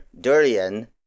Durian